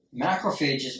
Macrophages